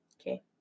Okay